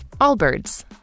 Allbirds